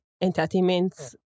entertainment